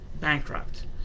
bankrupt